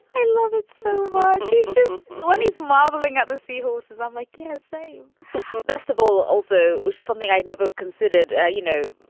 i love it. so he's just and he's marveling at the seahorses. i'm like. yeah same bestival also, which is something i'd never considered, you know,